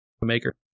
Maker